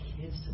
kids